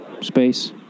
Space